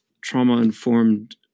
trauma-informed